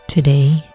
Today